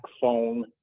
phone